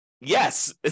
yes